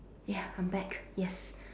ya I'm back yes